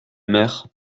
mère